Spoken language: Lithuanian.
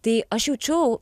tai aš jaučiau